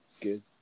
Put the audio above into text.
Good